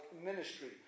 ministry